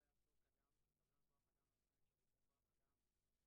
ואם אנחנו נשלים את מה שאמר אבי עכשיו לקטע של משהו ייעודי,